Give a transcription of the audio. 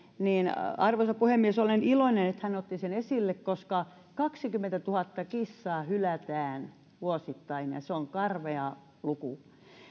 niin arvoisa puhemies olen iloinen että hän otti sen esille koska kaksikymmentätuhatta kissaa hylätään vuosittain ja se on karmea luku